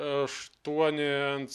aštuoni ant